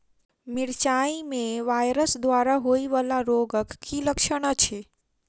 मिरचाई मे वायरस द्वारा होइ वला रोगक की लक्षण अछि?